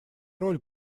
роль